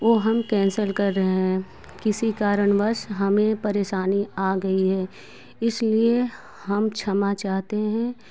ओ हम कैंसल कर रहे हैं किसी कारणवश हमें परेशानी आ गई है इसलिए हम क्षमा चाहते हैं